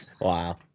Wow